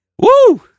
Woo